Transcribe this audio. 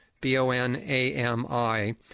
B-O-N-A-M-I